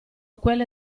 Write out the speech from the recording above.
quelle